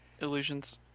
illusions